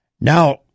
Now